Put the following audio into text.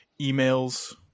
emails